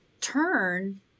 turn